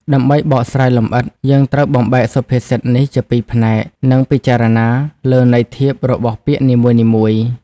ដើម្បីបកស្រាយលម្អិត យើងត្រូវបំបែកសុភាសិតនេះជាពីរផ្នែក និងពិចារណាលើន័យធៀបរបស់ពាក្យនីមួយៗ។